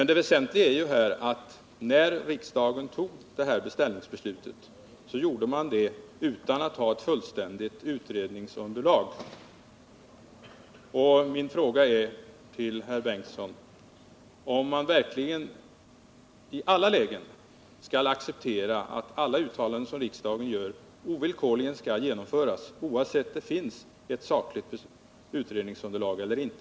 Det väsentliga är att riksdagen tog beställningsbeslutet utan att det fanns ett fullständigt utredningsunderlag. Min fråga till herr Bengtson är: Skall man verkligen i alla lägen acceptera att alla beställningar som riksdagen gör ovillkorligen skall genomföras, oavsett om det finns ett sakligt utredningsunderlag eller inte?